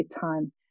time